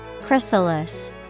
Chrysalis